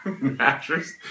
mattress